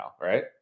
right